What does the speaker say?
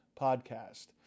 podcast